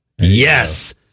Yes